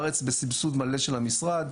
בארץ, בסבסוד מלא של המשרד.